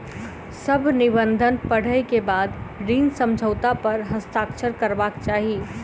सभ निबंधन पढ़ै के बाद ऋण समझौता पर हस्ताक्षर करबाक चाही